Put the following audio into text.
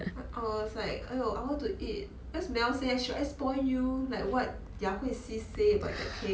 I was like !aiyo! I want to eat cause mel say I should ice pour you like what their hui xi said about that cake